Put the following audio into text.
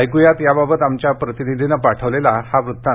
ऐक्या याबाबत आमच्या प्रतिनिधीनं पाठवलेला हा वृत्तांत